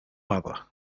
mother